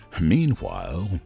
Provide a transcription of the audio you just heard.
Meanwhile